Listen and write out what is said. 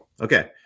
Okay